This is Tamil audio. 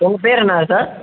உங்கள் பேர் என்னா சார்